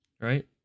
right